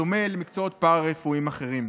בדומה למקצועות פארה-רפואיים אחרים.